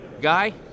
Guy